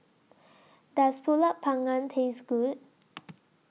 Does Pulut Panggang Taste Good